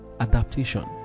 adaptation